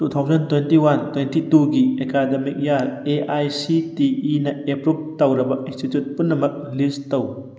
two thousand twenty one twenty ꯇꯨꯒꯤ academic year A I C T ꯏꯅ approve ꯇꯧꯔꯕ institute ꯄꯨꯝꯅꯃꯛ list ꯇꯧ